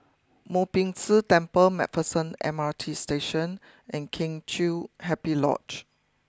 Mo Ping Tse Temple Macpherson M R T Station and Kheng Chiu Happy Lodge